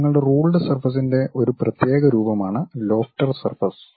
അതിനാൽ നിങ്ങളുടെ റൂൾഡ് സർഫസിന്റെ ഒരു പ്രത്യേക രൂപമാണ് ലോഫ്റ്റർ സർഫസ്